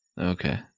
Okay